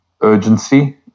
urgency